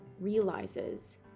realizes